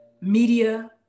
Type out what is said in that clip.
media